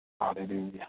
Hallelujah